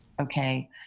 Okay